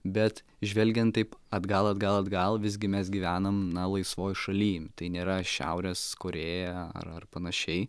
bet žvelgiant taip atgal atgal atgal visgi mes gyvenam na laisvoj šalyj tai nėra šiaurės korėja ar ar panašiai